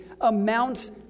amounts